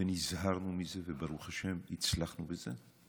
ונזהרנו מזה, וברוך השם, הצלחנו בזה.